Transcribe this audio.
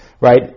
right